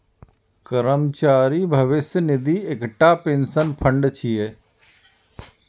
कर्मचारी भविष्य निधि एकटा पेंशन फंड छियै